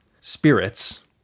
spirits